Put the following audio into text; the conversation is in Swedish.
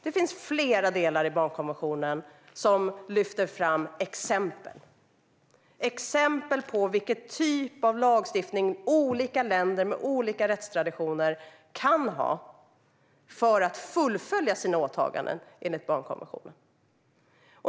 Det finns flera delar i barnkonventionen som lyfter fram exempel på vilken typ av lagstiftning olika länder med olika rättstraditioner kan ha för att fullfölja sina åtaganden enligt barnkonventionen.